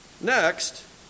Next